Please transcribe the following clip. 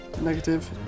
Negative